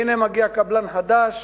והנה מגיע קבלן חדש